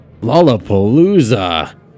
Lollapalooza